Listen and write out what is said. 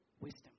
wisdom